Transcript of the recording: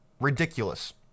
ridiculous